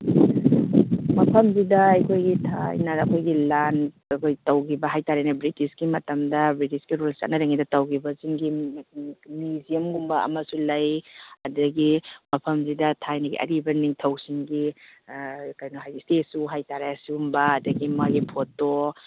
ꯃꯐꯝꯗꯨꯗ ꯑꯩꯈꯣꯏꯒꯤ ꯊꯥꯏꯅ ꯑꯩꯈꯣꯏꯒꯤ ꯂꯥꯟ ꯇꯧꯈꯤꯕ ꯍꯥꯏꯇꯔꯦꯅꯦ ꯕ꯭ꯔꯤꯇꯤꯁꯀꯤ ꯃꯇꯝꯗ ꯕ꯭ꯔꯤꯇꯤꯁꯀꯤ ꯔꯨꯜꯁ ꯆꯠꯅꯔꯤꯉꯩꯗ ꯇꯧꯈꯤꯕꯁꯤꯡꯒꯤ ꯃ꯭ꯌꯨꯖꯤꯌꯝꯒꯨꯝꯕ ꯑꯃꯁꯨ ꯂꯩ ꯑꯗꯨꯗꯒꯤ ꯃꯐꯝ ꯁꯤꯗ ꯊꯥꯏꯅꯒꯤ ꯑꯔꯤꯕ ꯅꯤꯡꯊꯧꯁꯤꯡꯒꯤ ꯀꯩꯅꯣ ꯏꯁꯇꯦꯆꯨ ꯍꯥꯏꯇꯥꯔꯦ ꯁꯤꯒꯨꯝꯕ ꯑꯗꯨꯗꯒꯤ ꯃꯥꯒꯤ ꯐꯣꯇꯣ